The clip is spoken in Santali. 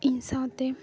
ᱤᱧ ᱥᱟᱶᱛᱮ